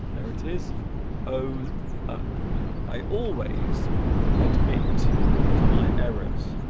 there it is oh i always admit to my errors